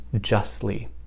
justly